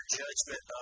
judgment